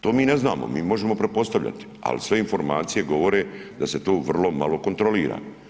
To mi ne znamo, mi možemo pretpostavljati, ali sve informacije govore da se to vrlo malo kontrolira.